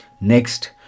next